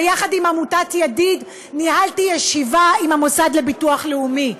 יחד עם עמותת ידיד ניהלתי ישיבה עם המוסד לביטוח לאומי,